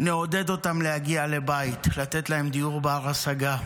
נעודד אותם להגיע לבית, לתת להם דיור בר-השגה.